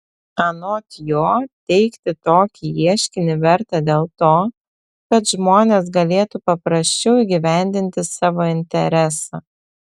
anot jo teikti tokį ieškinį verta dėl to kad žmonės galėtų paprasčiau įgyvendinti savo interesą